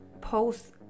post